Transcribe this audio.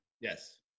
yes